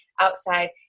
outside